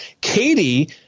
Katie